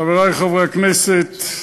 חברי חברי הכנסת,